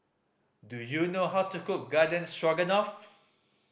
do you know how to cook Garden Stroganoff